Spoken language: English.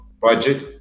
budget